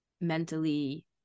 mentally